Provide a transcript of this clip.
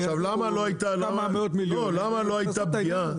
שיתנו כמה מיליונים --- למה לא הייתה פגיעה,